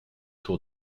tour